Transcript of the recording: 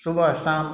सुबह शाम